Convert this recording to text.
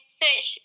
search